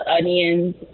onions